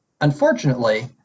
unfortunately